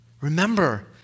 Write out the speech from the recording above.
Remember